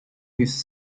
his